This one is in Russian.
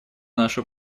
нашу